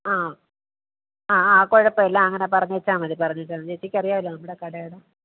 ആ ആ ആ കുഴപ്പമില്ല അങ്ങനെ പറഞ്ഞേച്ചാൽ മതി പറഞ്ഞേച്ചാൽ ചേച്ചിക്ക് അറിയാമല്ലോ നമ്മുടെ കടയുടെ